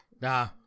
Nah